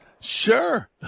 Sure